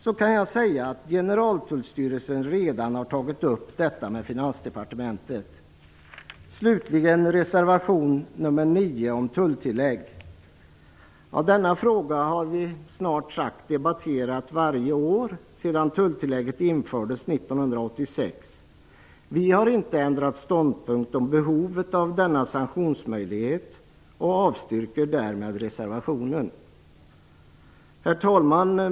Jag kan säga att Generaltullstyrelsen redan har tagit upp detta med Slutligen är det reservation 9 om tulltillägg. Denna fråga har vi snart sagt debatterat varje år sedan tulltillägget infördes 1986. Vi har inte ändrat ståndpunkt om behovet av denna sanktionsmöjlighet och avstyrker därmed reservationen. Herr talman!